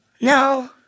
No